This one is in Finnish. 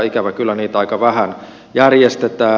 ikävä kyllä niitä aika vähän järjestetään